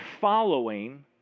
following